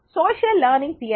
சமூக கற்றல் கோட்பாடு